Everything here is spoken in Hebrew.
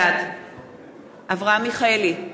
בעד אברהם מיכאלי,